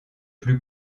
plus